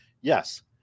Yes